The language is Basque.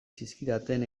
zizkidaten